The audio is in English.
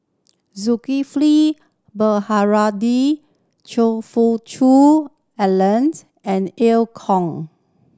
Zulkifli Baharudin Choe Fook Cheong Alan and Ear Kong